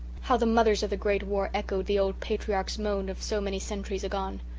how the mothers of the great war echoed the old patriarch's moan of so many centuries agone!